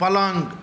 पलङ्ग